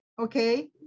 Okay